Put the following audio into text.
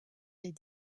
des